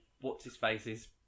What's-His-Face's